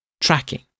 tracking